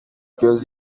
girls